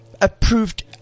Approved